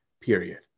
period